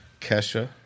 Kesha